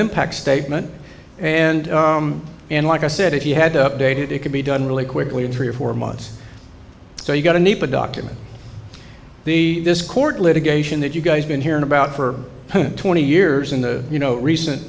impact statement and and like i said if you had to update it it could be done really quickly in three or four months so you've got a need to document the this court litigation that you guys been hearing about for twenty years in the you know recent